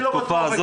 אני לא בטוח בכלום.